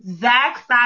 Zach